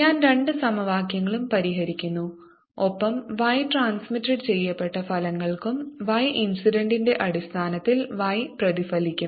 ഞാൻ രണ്ട് സമവാക്യങ്ങളും പരിഹരിക്കുന്നു ഒപ്പം y ട്രാൻസ്മിറ്റഡ് ചെയ്യപ്പെട്ട ഫലങ്ങൾക്കും y ഇൻസിഡന്റ് ന്റെ അടിസ്ഥാനത്തിൽ y പ്രതിഫലിക്കും